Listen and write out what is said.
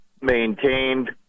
maintained